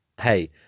hey